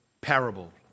parable